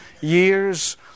years